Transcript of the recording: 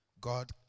God